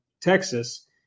Texas